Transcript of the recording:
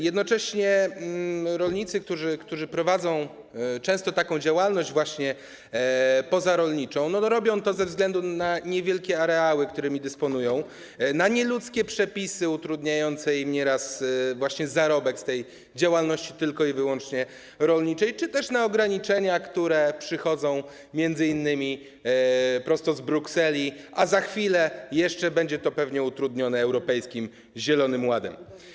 Jednocześnie rolnicy, którzy prowadzą często taką działalność pozarolniczą, robią to ze względu na niewielkie areały, którymi dysponują, na nieludzkie przepisy utrudniające im nieraz zarobek z tej działalności tylko i wyłącznie rolniczej czy też na ograniczenia, które przychodzą m.in. prosto z Brukseli, a za chwilę jeszcze będzie to pewnie utrudnione Europejskim Zielonym Ładem.